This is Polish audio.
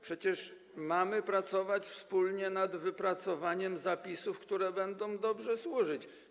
Przecież mamy pracować wspólnie nad wypracowaniem zapisów, które będą dobrze służyć.